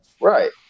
Right